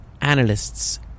analysts